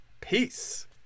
Peace